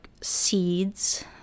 seeds